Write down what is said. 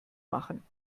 machen